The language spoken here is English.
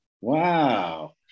Wow